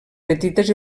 petites